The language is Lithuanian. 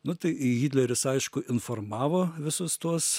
nu tai hitleris aišku informavo visus tuos